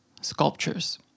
sculptures